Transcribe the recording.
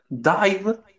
dive